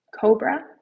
cobra